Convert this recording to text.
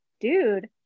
dude